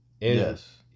Yes